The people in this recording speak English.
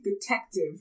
detective